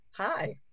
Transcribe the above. Hi